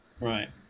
right